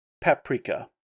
paprika